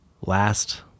last